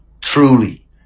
Truly